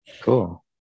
cool